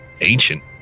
ancient